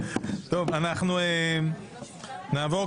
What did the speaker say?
נעבור